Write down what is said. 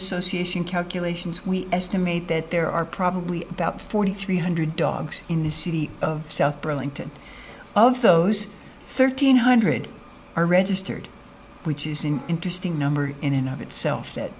association calculations we estimate that there are probably about forty three hundred dogs in the city of south burlington of those thirteen hundred are registered which is an interesting number in and of itself